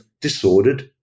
disordered